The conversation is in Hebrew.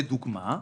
לדוגמה: